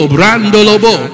Brandolobo